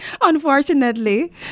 Unfortunately